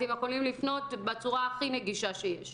אתם יכולים לפנות בצורה הכי נגישה שיש.